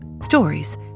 Stories